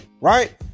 right